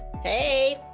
Hey